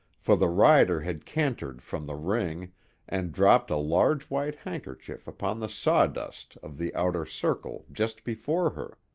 for the rider had cantered from the ring and dropped a large white handkerchief upon the sawdust of the outer circle just before her.